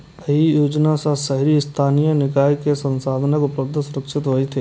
एहि योजना सं शहरी स्थानीय निकाय कें संसाधनक उपलब्धता सुनिश्चित हेतै